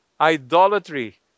idolatry